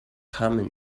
common